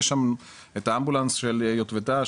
יש שם את האמבולנס של יוטבתה.